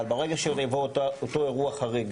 אבל ברגע שיבוא אותו אירוע חריג,